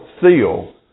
seal